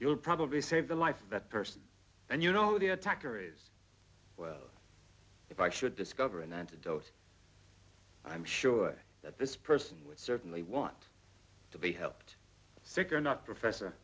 will probably save the life of that person and you know the attacker is well if i should discover an antidote i'm sure that this person would certainly want to be helped sick or not professor